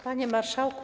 Panie Marszałku!